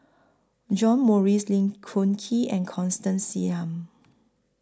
John Morrice Lee Choon Kee and Constance Singam